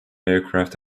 aircraft